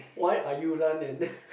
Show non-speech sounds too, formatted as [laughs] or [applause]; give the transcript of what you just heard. why are you running [laughs]